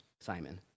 Simon